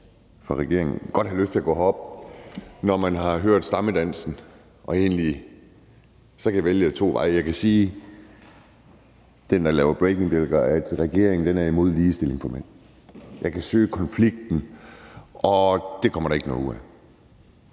for regeringen godt have lyst til at gå herop, når man har hørt stammedansen, og man kan så vælge to veje. Jeg kan sige, og det er den, der laver breakingbjælker, at regeringen er imod ligestilling for mænd, jeg kan søge konflikten, og det kommer der ikke noget ud af,